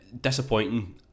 disappointing